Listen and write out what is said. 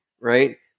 right